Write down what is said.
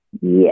Yes